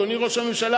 אדוני ראש הממשלה,